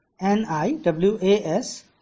N-I-W-A-S